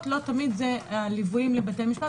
לא תמיד הליוויים לבתי משפט,